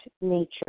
nature